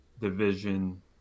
division